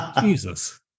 Jesus